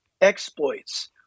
exploits